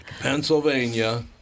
Pennsylvania